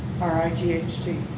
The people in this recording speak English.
R-I-G-H-T